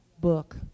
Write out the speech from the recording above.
book